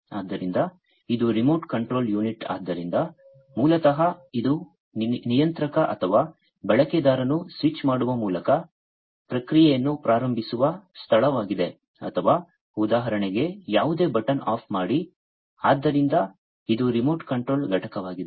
ಆದ್ದರಿಂದ ಇದು remote control unit ಆದ್ದರಿಂದ ಮೂಲತಃ ಇದು ನಿಯಂತ್ರಕ ಅಥವಾ ಬಳಕೆದಾರನು ಸ್ವಿಚ್ ಮಾಡುವ ಮೂಲಕ ಪ್ರಕ್ರಿಯೆಯನ್ನು ಪ್ರಾರಂಭಿಸುವ ಸ್ಥಳವಾಗಿದೆ ಅಥವಾ ಉದಾಹರಣೆಗೆ ಯಾವುದೇ ಬಟನ್ ಆಫ್ ಮಾಡಿ ಆದ್ದರಿಂದ ಇದು ರಿಮೋಟ್ ಕಂಟ್ರೋಲ್ ಘಟಕವಾಗಿದೆ